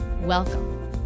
Welcome